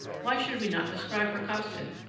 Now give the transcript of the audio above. why should we not describe her costume?